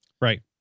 Right